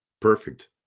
Perfect